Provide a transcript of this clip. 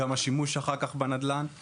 גם השימוש בנדל"ן אחר כך.